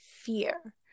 fear